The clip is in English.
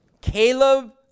Caleb